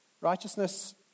Righteousness